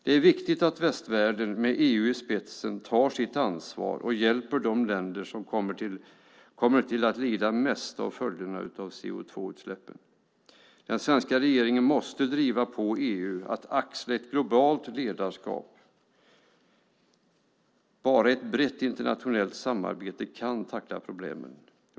Det är viktigt att västvärlden med EU i spetsen tar sitt ansvar och hjälper de länder som kommer att lida mest av följderna av CO2-utsläppen. Den svenska regeringen måste driva på EU att axla ett globalt ledarskap. Bara ett brett internationellt samarbete kan tackla problemen.